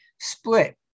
split